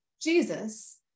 Jesus